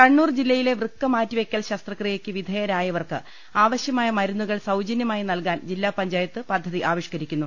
കണ്ണൂർ ജില്ലയിലെ വൃക്ക മാറ്റിവെക്കൽ ശസ്ത്രക്രിയക്ക് വിധേയരായ വർക്ക് ആവശ്യമായ മരുന്നുകൾ സൌജന്യമായി നൽകാൻ ജില്ലാ പഞ്ചാ യത്ത് പദ്ധതി ആവിഷ്കരിക്കുന്നു